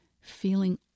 feeling